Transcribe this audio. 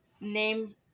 Name